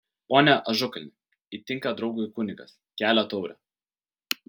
pone ažukalni įtinka draugui kunigas kelia taurę